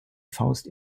faust